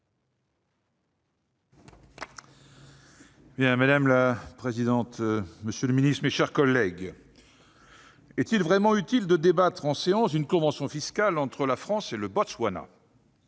Bocquet. Madame la présidente, monsieur le secrétaire d'État, mes chers collègues, est-il vraiment utile de débattre en séance publique d'une convention fiscale entre la France et le Botswana ?